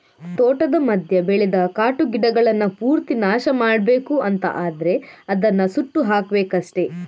ತೋಟದ ಮಧ್ಯ ಬೆಳೆದ ಕಾಟು ಗಿಡಗಳನ್ನ ಪೂರ್ತಿ ನಾಶ ಮಾಡ್ಬೇಕು ಅಂತ ಆದ್ರೆ ಅದನ್ನ ಸುಟ್ಟು ಹಾಕ್ಬೇಕಷ್ಟೆ